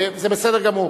זה בסדר גמור.